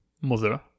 mother